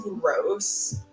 gross